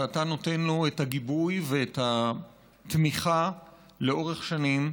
שאתה נותן לו את הגיבוי ואת התמיכה לאורך שנים.